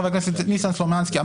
חבר הכנסת ניסן סלומינסקי,